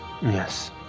yes